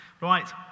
Right